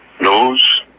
nose